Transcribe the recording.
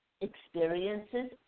experiences